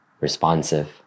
responsive